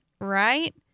right